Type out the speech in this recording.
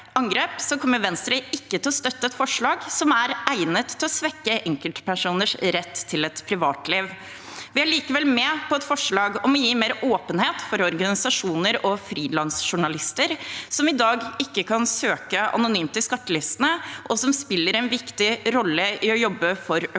angrep, kommer Venstre ikke til å støtte et forslag som er egnet til å svekke enkeltpersoners rett til et privatliv. Vi er likevel med på et forslag om å gi mer åpenhet for organisasjoner og frilansjournalister som i dag ikke kan søke anonymt i skattelistene, og som spiller en viktig rolle i å jobbe for økonomisk